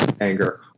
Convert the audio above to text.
anger